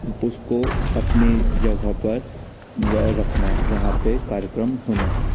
उसको अपने जगह पर वह रखना जहाँ पे कार्यक्रम होना था